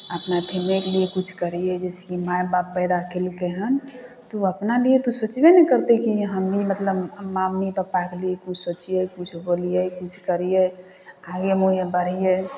अपना फैमिलीके लिए किछु करिए जइसेकि से माइबाप पैदा केलकै हन तऽ ओ अपना लिए तऽ सोचबै ने करतै कि हम भी मतलब मम्मी पप्पाके लिए किछु सोचिए किछु बोलिए किछु करिए आगे मुँहे बढ़िए